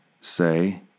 say